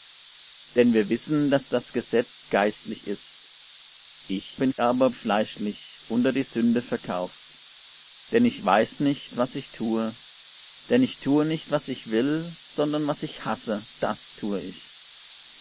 denn wir wissen daß das gesetz geistlich ist ich bin aber fleischlich unter die sünde verkauft denn ich weiß nicht was ich tue denn ich tue nicht was ich will sondern was ich hasse das tue ich